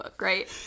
right